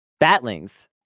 Batlings